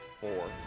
four